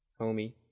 homie